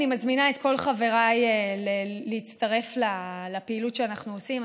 אני מזמינה את כל חבריי להצטרף לפעילות שאנחנו עושים.